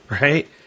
right